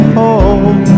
home